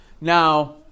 Now